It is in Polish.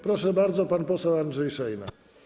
Proszę bardzo, pan poseł Andrzej Szejna.